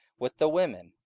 with the women,